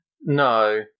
no